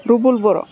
Rubul Bodo